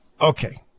Okay